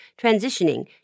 transitioning